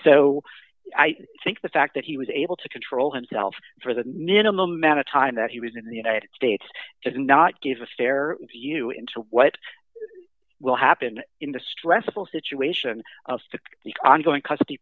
so i think the fact that he was able to control himself for the minimum amount of time that he was in the united states does not give a scare you into what will happen in the stressful situation to the ongoing custody